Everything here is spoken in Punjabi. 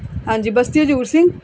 ਹਾਂਜੀ ਬਸਤੀ ਹਜੂਰ ਸਿੰਘ